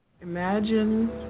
Imagine